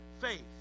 faith